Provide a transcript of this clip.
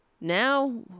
Now